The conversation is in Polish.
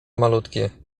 malutkie